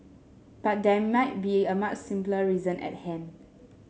but there might be a much simpler reason at hand